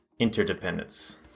Interdependence